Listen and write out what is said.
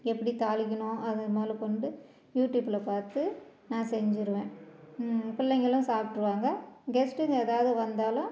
எப்படி தாளிக்கிணும் அது முதல கொண்டு யூடியூபில் பார்த்து நான் செஞ்சிடுவேன் பிள்ளைங்களும் சாப்பிட்ருவாங்க கெஸ்ட்டுங்க எதாவது வந்தாலும்